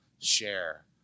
share